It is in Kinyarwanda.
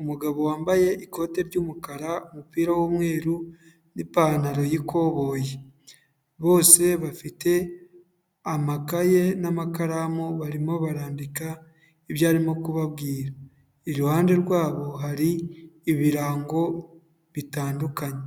umugabo wambaye ikote ry'umukara, umupira w'umweru n'ipantaro y’ikoboyi. Bose bafite amakaye n'amakaramu barimo barandika ibyo arimo kubabwira, iruhande rwabo hari ibirango bitandukanye.